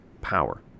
power